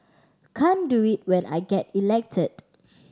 can't do it when I get elected